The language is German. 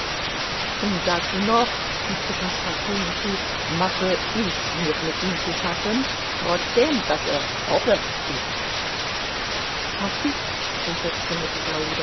und dazu noch fügte passepartout hinzu mache ich mir mit ihm zu schaffen trotzdem daß er oberst ist herr fix versetzte